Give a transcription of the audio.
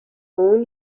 اون